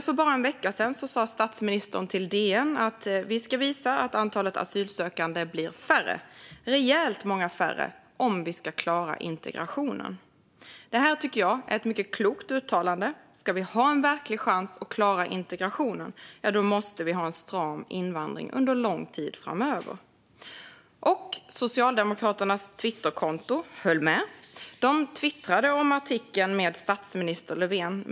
För bara en vecka sedan sa statsministern till DN: "Vi ska visa att antalet asylsökande blir färre - rejält många färre för att vi ska klara integrationen." Jag tycker att det är ett mycket klokt uttalande. Om vi ska ha en verklig chans att klara integrationen måste vi ha en stram invandring under lång tid framöver. På socialdemokraternas Twitterkonto höll de med. De twittrade om artikeln med statsminister Löfven.